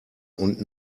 und